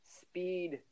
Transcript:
speed